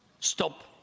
stop